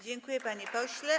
Dziękuję, panie pośle.